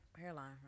hairline